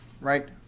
right